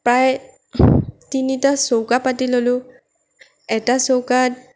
প্ৰায় তিনিটা চৌকা পাতি ল'লোঁ এটা চৌকাত